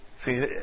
See